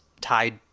tied